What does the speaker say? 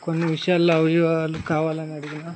కొన్ని విషయాల్లో అవయవాలు కావాలని అడిగినా